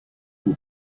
will